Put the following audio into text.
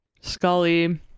Scully